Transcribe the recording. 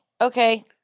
Okay